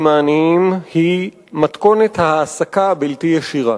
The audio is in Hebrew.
העניים היא מתכונת ההעסקה הבלתי ישירה,